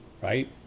right